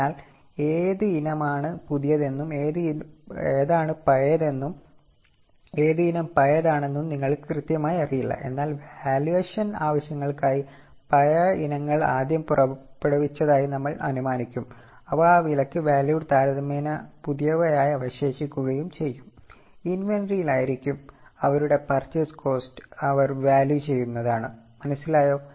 അതിനാൽ ഏത് ഇനമാണ് പുതിയതെന്നും ഏത് ഇനം പഴയതാണെന്നും നിങ്ങൾക്ക് കൃത്യമായി അറിയില്ല എന്നാൽ വാല്യൂവേഷൻ ആവശ്യങ്ങൾക്കായി പഴയ ഇനങ്ങൾ ആദ്യം പുറപ്പെടുവിച്ചതായി നമ്മൾ അനുമാനിക്കും അവ ആ വിലയ്ക്ക് വാല്യൂ താരതമ്യേന പുതിയവയായി അവശേഷിക്കുകയും ചെയ്യും ഇൻവെന്ററിയിൽ ആയിരിക്കുംഅവരുടെ പാർച്ചയ്സ് കോസ്റ്റ് അവർ വാല്യൂ ചെയ്യുന്നതാണ് മനസ്സിലായോ